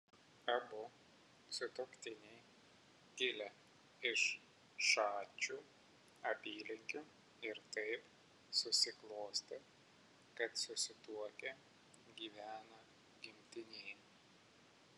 abu sutuoktiniai kilę iš šačių apylinkių ir taip susiklostė kad susituokę gyvena gimtinėje